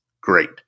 great